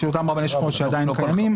של אותם רבני שכונות שעדיין קיימים.